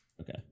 Okay